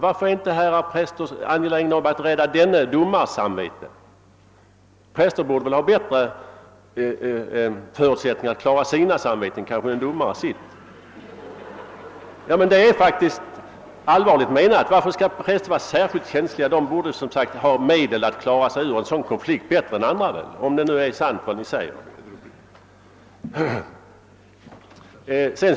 Varför är inte herrar präster angelägna om att rädda denne domares samvete? Präster borde väl ha bättre förutsättningar att klara sina samveten än en domare sitt. Det är faktiskt allvarligt menat, när jag säger detta. Varför skulle präster vara särskilt känsliga? De borde som sagt ha möjlighet att klara sig ur en sådan konflikt bättre än andra, om det nu är sant vad ni säger i andra sammanhang.